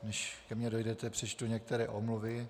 Než ke mně dojdete, přečtu některé omluvy.